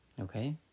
Okay